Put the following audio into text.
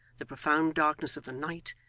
the profound darkness of the night,